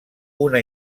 una